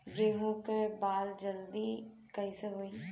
गेहूँ के बाल जल्दी कईसे होई?